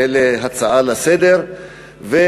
להצעה לסדר-היום,